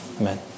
Amen